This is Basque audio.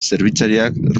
zerbitzariak